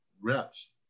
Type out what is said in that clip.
reps